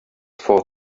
for